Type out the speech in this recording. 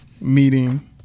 meeting